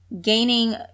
gaining